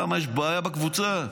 למה, יש בעיה בקבוצה.